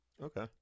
Okay